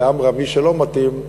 ועמרם, מי שלא מתאים,